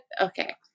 Okay